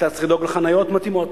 אתה צריך לדאוג למקומות חנייה מתאימים,